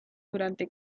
durante